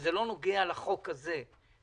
שזה לא נוגע לחוק הזה.